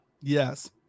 yes